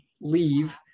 leave